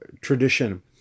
tradition